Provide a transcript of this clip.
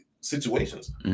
situations